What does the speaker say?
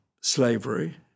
slavery